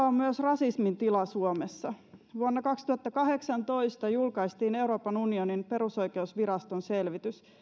on myös rasismin tila suomessa vuonna kaksituhattakahdeksantoista julkaistiin euroopan unionin perusoikeusviraston selvitys